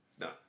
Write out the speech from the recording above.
No